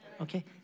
Okay